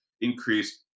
increased